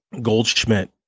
Goldschmidt